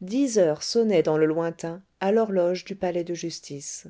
dix heures sonnaient dans le lointain à l'horloge du palais de justice